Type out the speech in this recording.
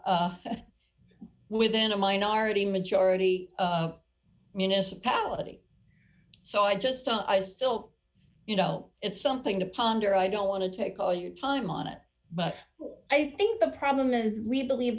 but within a minority majority of municipality so i just thought i still you know it's something to ponder i don't want to take all your time on it but i think the problem is we believe